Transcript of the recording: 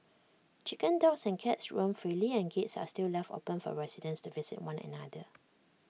chickens dogs and cats roam freely and gates are still left open for residents to visit one another